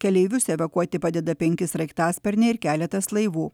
keleivius evakuoti padeda penki sraigtasparniai ir keletas laivų